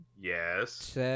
Yes